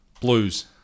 Blues